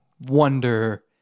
wonder